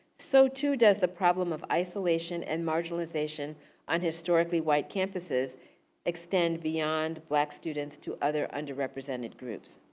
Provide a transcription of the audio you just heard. so too, does the problem of isolation and marginalization on historically white campuses extend beyond black students to other underrepresented groups.